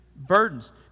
burdens